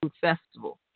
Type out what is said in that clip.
Festival